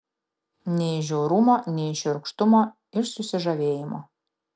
ne iš žiaurumo ne iš šiurkštumo iš susižavėjimo